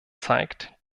zeigt